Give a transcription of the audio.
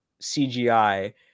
CGI